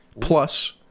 plus